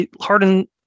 Harden